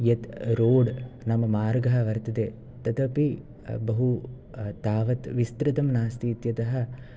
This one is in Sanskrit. यत् रोड् नाम मार्गः वर्तते तदपि बहु तावत् विस्तृतं नास्ति इत्यतः